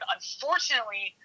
Unfortunately